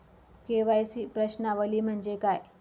KYC प्रश्नावली म्हणजे काय?